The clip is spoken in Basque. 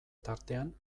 tartean